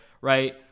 right